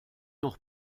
noch